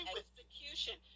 execution